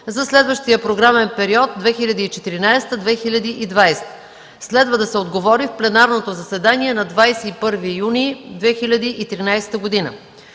за следващия програмен период 2014-2020 г. Следва да се отговори в пленарното заседание на 21 юни 2013 г.